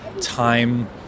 time